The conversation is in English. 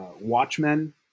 Watchmen